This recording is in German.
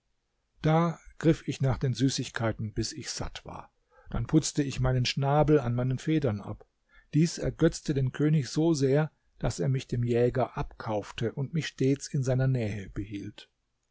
da griff ich nach den süßigkeiten bis ich satt war dann putzte ich meinen schnabel an meinen federn ab dies ergötzte den könig so sehr daß er mich dem jäger abkaufte und mich stets in seiner nähe behielt